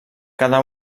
cada